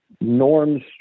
norms